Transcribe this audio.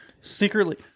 secretly